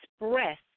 express